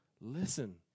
Listen